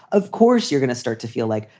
of course you're going to start to feel like,